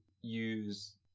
use